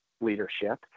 leadership